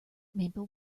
maple